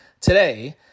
today